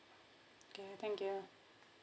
okay thank you